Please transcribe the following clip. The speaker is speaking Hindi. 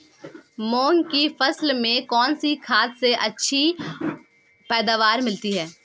मूंग की फसल में कौनसी खाद से अच्छी पैदावार मिलती है?